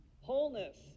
Wholeness